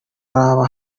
raba